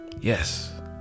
Yes